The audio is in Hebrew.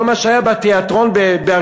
כל מה שהיה בתיאטרון באריאל,